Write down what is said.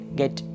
get